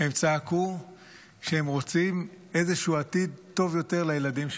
הם צעקו שהם רוצים איזשהו עתיד טוב יותר לילדים שלהם.